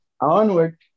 Onward